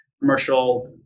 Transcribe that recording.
commercial